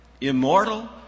Immortal